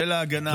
של ההגנה,